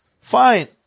Fine